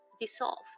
dissolve